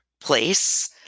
place